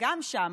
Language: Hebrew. גם שם,